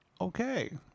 okay